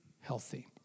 healthy